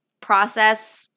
process